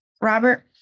Robert